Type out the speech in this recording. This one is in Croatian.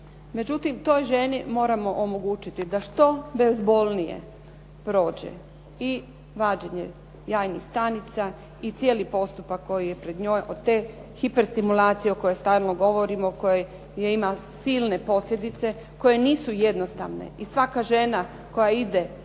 Međutim, toj ženi moramo omogućiti da što bezbolnije prođe i vađenje jajnih stanica i cijeli postupak koji je pred njom, od te hiperstimulacije o kojoj stalno govorimo, koja ima silne posljedice koje nisu jednostavne. I svaka žena koja ide na